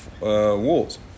walls